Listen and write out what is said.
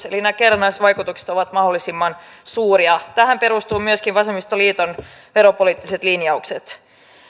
eli nämä kerrannaisvaikutukset ovat mahdollisimman suuria tähän perustuvat myöskin vasemmistoliiton veropoliittiset linjaukset